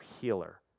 healer